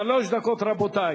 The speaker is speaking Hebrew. שלוש דקות, רבותי.